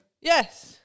yes